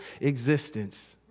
existence